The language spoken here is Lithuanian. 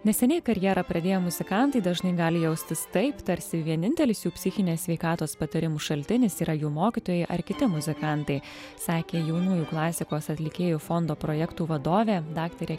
neseniai karjerą pradėję muzikantai dažnai gali jaustis taip tarsi vienintelis jų psichinės sveikatos patarimų šaltinis yra jų mokytojai ar kiti muzikantai sakė jaunųjų klasikos atlikėjų fondo projektų vadovė daktarė